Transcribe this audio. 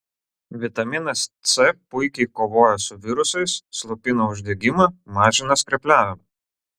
vitaminas c puikiai kovoja su virusais slopina uždegimą mažina skrepliavimą